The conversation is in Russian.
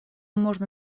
можно